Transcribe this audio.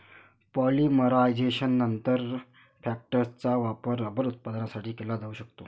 पॉलिमरायझेशननंतर, फॅक्टिसचा वापर रबर उत्पादनासाठी केला जाऊ शकतो